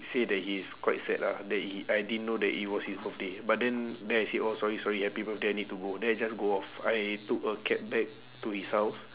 say that he's quite sad lah that he I didn't know it was his birthday but then then I said oh sorry sorry happy birthday I need to go then I just go off I took a cab back to his house